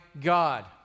God